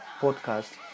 podcast